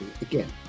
again